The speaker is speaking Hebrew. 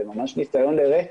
זה ממש ניסיון לרצח.